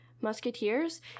Musketeers